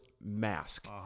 mask